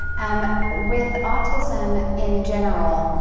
um with autism in general,